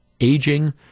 aging